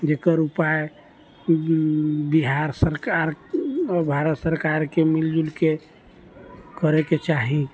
जकर उपाय बिहार सरकार आओर भारत सरकारके मिलजुलके करैके चाही